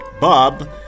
Bob